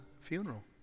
funeral